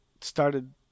started